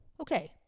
Okay